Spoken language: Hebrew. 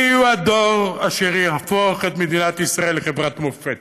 אלה יהיו הדור אשר יהפוך את מדינת ישראל לחברת מופת,